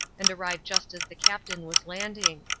and arrived just as the captain was landing.